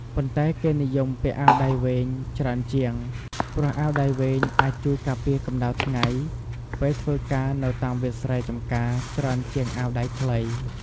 ប៉ុន្តែគេនិយមពាក់អាវដៃវែងច្រើនជាង ព្រោះអាវដៃវែងអាចជួយការពារកម្តៅថ្ងៃ ពេលធ្វើការនៅតាមវាលស្រែចំការច្រើនជាងអាវដៃខ្លី។